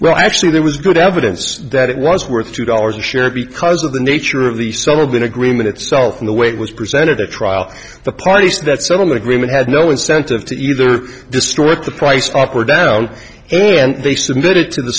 well actually there was good evidence that it was worth two dollars a share because of the nature of the seller bin agreement itself in the way it was presented at trial the parties that settlement agreement had no incentive to either distort the price spike were down and they submitted to the